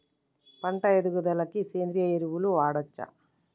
పంట ఎదుగుదలకి సేంద్రీయ ఎరువులు వాడచ్చా?